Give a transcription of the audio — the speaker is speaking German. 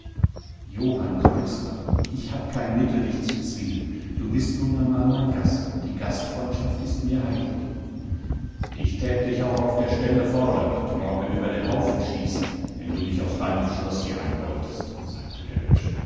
johann preisgott ich hab kein mittel dich zu zwingen du bist nun einmal mein gast die gastfreundschaft ist mir heilig ich tät dich auch auf der stelle fordern und morgen über den haufen schießen wenn du mich aus deinem schloß jagen wolltest sagte der